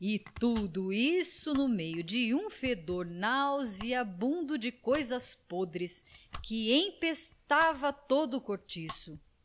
e tudo isso no meio de um fedor nauseabundo de coisas podres que empesteava todo o cortiço